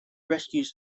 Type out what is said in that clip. rescues